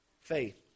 faith